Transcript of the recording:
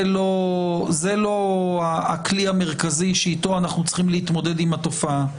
זה לא הכלי המרכזי שאיתו אנחנו צריכים להתמודד עם התופעה.